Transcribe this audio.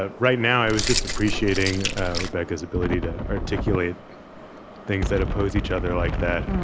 ah right now i was just appreciating rebecca's ability to articulate things that oppose each other like that.